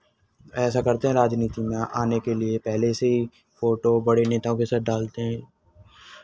ऐसा करते हैं राजनीति में आने के लिए पहले से ही फोटो बड़े नेताओं के साथ डालते हैं